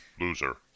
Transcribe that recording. Loser